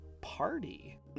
party